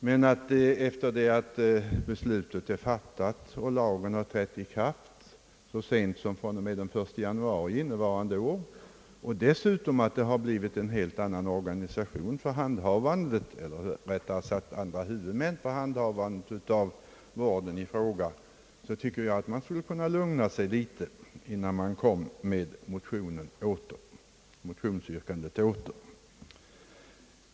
Men efter det att beslutet är fattat och lagen har trätt i kraft så sent som fr.o.m. den 1 januari innevarande år, och det dessutom har blivit helt andra huvudmän för handhavandet av vården i fråga, tycker jag att man skulle kunna lugna sig litet, innan man kommer åter med motionsyrkandet.